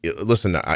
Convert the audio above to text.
listen